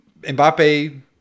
Mbappe